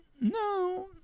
No